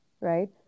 right